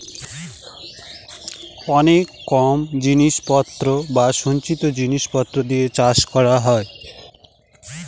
অনেক কম জিনিস পত্র বা সঞ্চিত জিনিস পত্র দিয়ে চাষ করা হয়